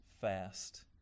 Fast